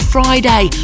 Friday